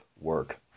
work